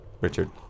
Richard